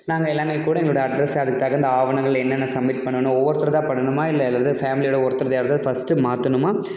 நாங்கள் எல்லாமே கூட எங்களோடய அட்ரெஸை அதுக்குத் தகுந்த ஆவணங்கள் என்னென்ன சப்மிட் பண்ணணும் ஒவ்வொருத்தருக்கா பண்ணணுமா இல்லை ஏதாவது ஃபேமிலியோடு ஒருத்தருது யாருதாவது ஃபஸ்ட்டு மாற்றணுமா